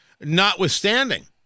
notwithstanding